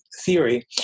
theory